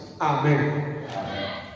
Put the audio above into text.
Amen